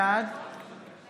בעד